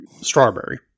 strawberry